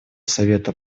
совета